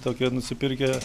tokią nusipirkę